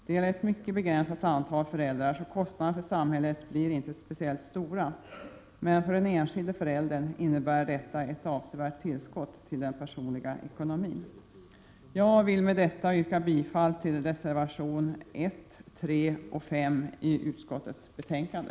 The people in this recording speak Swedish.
Det gäller ett mycket begränsat antal föräldrar, så kostnaderna för samhället blir inte speciellt stora. För den enskilde föräldern innebär detta emellertid ett avsevärt tillskott till den personliga ekonomin. Jag vill med detta yrka bifall till reservationerna 1, 3 och 5 som fogats till utskottets betänkande.